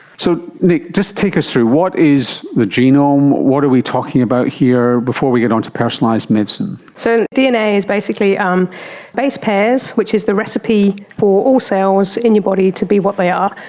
so nic, just take us through what is the genome, what are we talking about here, before we get on to personalised medicine. so dna is basically um base pairs, which is the recipe for all cells in your body to be what they are,